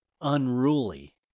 Unruly